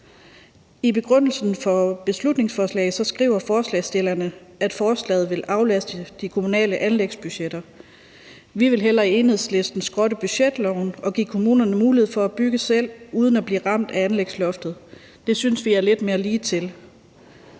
I begrundelsen for beslutningsforslaget skriver forslagsstillerne, at forslaget vil aflaste de kommunale anlægsbudgetter. Vi vil hellere i Enhedslisten skrotte budgetloven og give kommunerne mulighed for at bygge selv uden at blive ramt af anlægsloftet. Det synes vi er lidt mere ligetil.